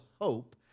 hope